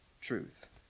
truth